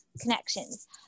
connections